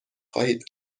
خواهید